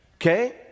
Okay